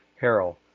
Harold